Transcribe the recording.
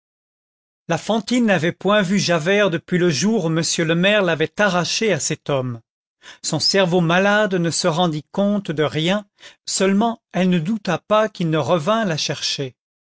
la fantine n'avait point vu javert depuis le jour où m le maire l'avait arrachée à cet homme son cerveau malade ne se rendit compte de rien seulement elle ne douta pas qu'il ne revint la chercher